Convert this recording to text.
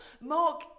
Mark